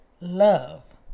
love